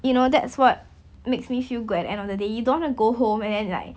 you know that's what makes me feel good at end of the day you don't want to go home and then like